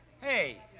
Hey